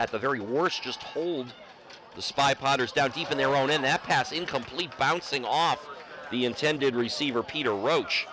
at the very worst just hold the spy potters down deep in their own in that pass incomplete bouncing off the intended receiver peter roach